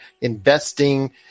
investing